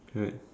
correct